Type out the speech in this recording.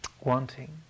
wanting